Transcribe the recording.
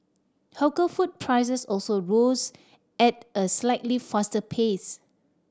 hawker food prices also rose at a slightly faster pace